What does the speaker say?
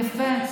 יפה.